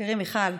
תראי, מיכל,